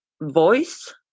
voice